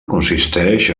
consisteix